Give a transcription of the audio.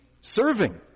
serving